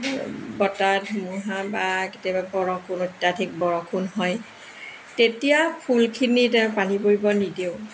বতাহ ধুমুহা বা কেতিয়াবা বৰষুণ অত্যাধিক বৰষুণ হয় তেতিয়া ফুলখিনিত পানী পৰিব নিদিওঁ